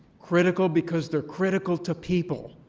critical because they're critical to people.